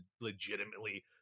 legitimately